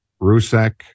Rusek